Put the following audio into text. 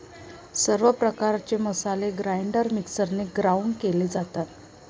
सर्व प्रकारचे मसाले ग्राइंडर मिक्सरने ग्राउंड केले जातात